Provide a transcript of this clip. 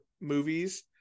movies